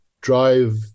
drive